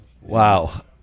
wow